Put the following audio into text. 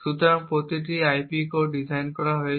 সুতরাং এই প্রতিটি আইপি কোর ডিজাইন করা হয়েছে